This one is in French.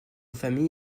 famille